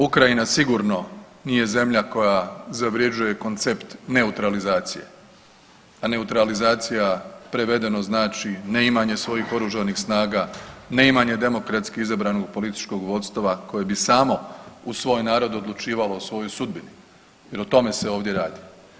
Ukrajina sigurno nije zemlja koja zavrjeđuje koncept neutralizacije, a neutralizacija prevedeno znači neimanje svojih oružanih snaga, neimanje demokratski izabranog političkog vodstva koje bi samo uz svoj narod odlučivalo o svojoj sudbini jer o tome se ovdje radi.